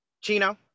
Chino